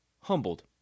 humbled